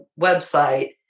website